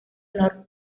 honor